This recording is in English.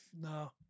no